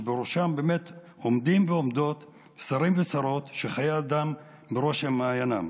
שבראשם עומדים ועומדות שרים ושרות שחיי אדם בראש מעייניהם,